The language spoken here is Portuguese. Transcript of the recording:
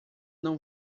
não